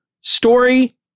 story